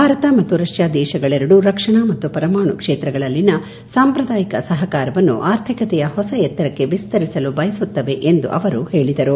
ಭಾರತ ಮತ್ತು ರಷ್ಯಾ ದೇಶಗಳೆರಡೂ ರಕ್ಷಣಾ ಮತ್ತು ಪರಮಾಣು ಕ್ಷೇತ್ರಗಳಲ್ಲಿನ ಸಾಂಪ್ರದಾಯಿಕ ಸಹಕಾರವನ್ನು ಆರ್ಥಿಕತೆಯ ಹೊಸ ಎತ್ತರಕ್ಕೆ ವಿಸ್ತರಿಸಲು ಬಯಸುತ್ತವೆ ಅವರು ಹೇಳಿದರು